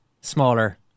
smaller